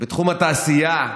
בתחום התעשייה.